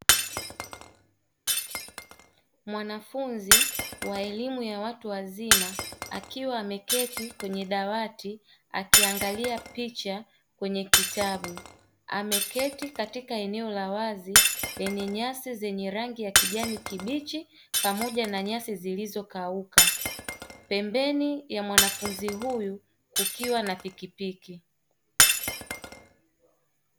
Mwanafunzi wa elimu ya watu wazima akiwa ameketi kwenye dawati akiangalia picha kwenye kitabu. Ameketi katika eneo la wazi lenye nyasi zenye rangi ya kijani kibichi pamoja na nyasi zilizokauka, pembeni ya mwanafunzi huyu kukiwa na pikipiki.